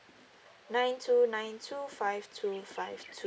nine two nine two five two five two